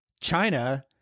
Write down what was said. China